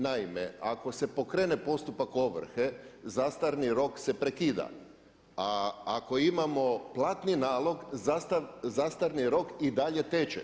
Naime, ako se pokrene postupak ovrhe zastarni rok se prekida, a ako imamo platni nalog, zastarni rok i dalje teče.